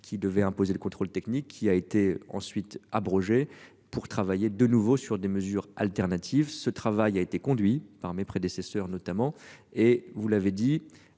qui devait imposer le contrôle technique qui a été ensuite abrogé pour travailler de nouveau sur des mesures alternatives ce travail a été conduit par mes prédécesseurs notamment et vous l'avez dit,